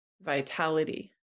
vitality